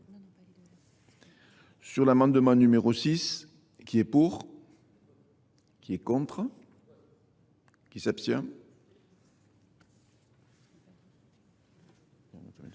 Sur l'amendement numéro 6, qui est pour ? Qui est contre ? Qui s'abstient ?